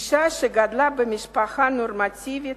היא אשה שגדלה במשפחה נורמטיבית,